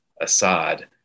Assad